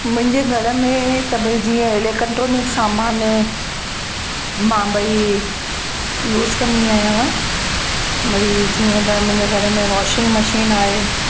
मुंहिंजे घर में त भई जीअं इलेक्ट्रोनिक सामान ऐं मां भई यूस कंदी आयांव मरी जीअं त मुंहिंजे घर में वॉशिंग मशीन आहे